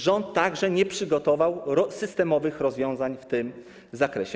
Rząd także nie przygotował systemowych rozwiązań w tym zakresie.